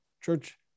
church